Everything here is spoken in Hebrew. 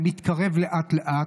זה מתקרב לאט-לאט.